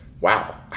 Wow